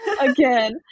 again